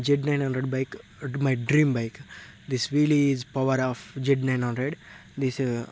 Z nine hundred bike it my dream bike this wheel is power of Z nine hundred this